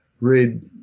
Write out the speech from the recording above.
read